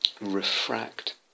refract